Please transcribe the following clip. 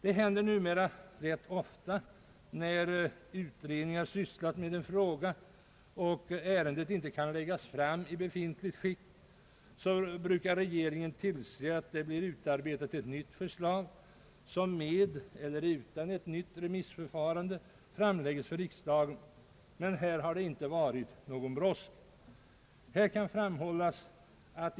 Det händer numera rätt ofta när utredningar sysslat med en fråga och ärendet inte kan läggas fram i befintligt skick att regeringen tillser att ett nytt förslag utarbetas, vilket sedan med eller utan ett nytt remissförfarande framlägges för riksdagen. Här har det emellertid inte varit någon brådska.